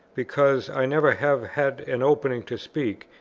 because i never have had an opening to speak,